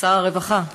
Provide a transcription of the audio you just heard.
שר הרווחה.